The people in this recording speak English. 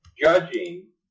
judging